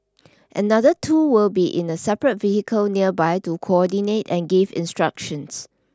another two will be in a separate vehicle nearby to coordinate and give instructions